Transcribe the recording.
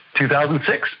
2006